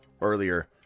earlier